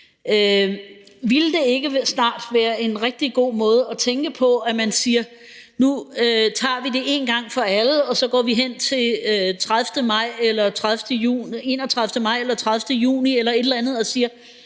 Ville det ikke snart være en rigtig god måde at tænke på, at man sagde: Nu tager vi det en gang for alle, og så går vi hen til den 31. maj eller den 30. juni eller et eller andet og siger,